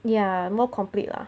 ya more complete lah